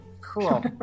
Cool